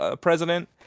president